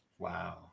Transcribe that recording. Wow